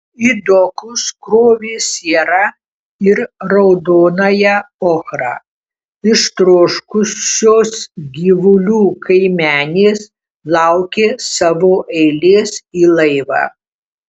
į dokus krovė sierą ir raudonąją ochrą ištroškusios gyvulių kaimenės laukė savo eilės į laivą